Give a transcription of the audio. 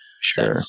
Sure